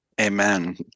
Amen